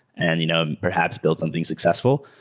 and you know perhaps build something successful.